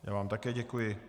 Já vám také děkuji.